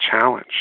challenge